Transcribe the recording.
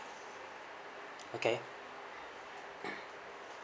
okay